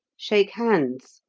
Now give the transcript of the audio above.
shake hands.